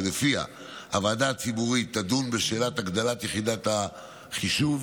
שלפיה הוועדה הציבורית תדון בשאלת הגדלת יחידת החישוב